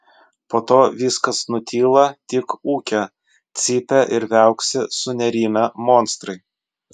po to viskas nutyla tik ūkia cypia ir viauksi sunerimę monstrai